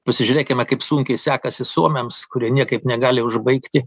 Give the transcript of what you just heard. pasižiūrėkime kaip sunkiai sekasi suomiams kurie niekaip negali užbaigti